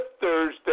Thursday